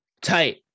Tight